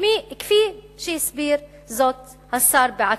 כפי שהסביר זאת השר בעצמו,